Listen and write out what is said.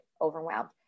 overwhelmed